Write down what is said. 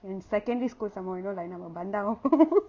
and secondary school some more you know like பந்தாவா:banthaava